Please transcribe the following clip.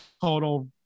total